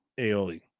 aioli